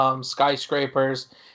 Skyscrapers